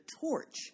torch